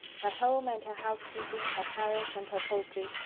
her home and her housekeeping, her parish and her poultry,